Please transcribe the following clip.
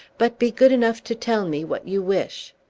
but be good enough to tell me what you wish.